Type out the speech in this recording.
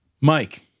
Mike